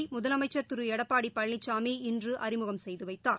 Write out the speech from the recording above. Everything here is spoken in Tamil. காரைமுதலமைச்சர் திருளடப்பாடிபழனிசாமி இன்றுஅறிமுகம் செய்துவைத்தார்